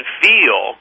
feel